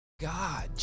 God